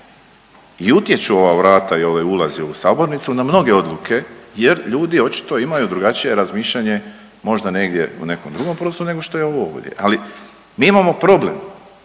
I utječu ova vrata i ovi ulazi u sabornicu na mnoge odluke jer ljudi očito imaju drugačije razmišljanje možda negdje u nekom drugom prostoru nego što je ovo ovdje. Ali mi imamo problem